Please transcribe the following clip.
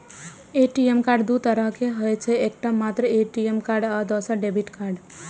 ATM card दू तरहक होइ छै, एकटा मात्र ए.टी.एम कार्ड आ दोसर डेबिट कार्ड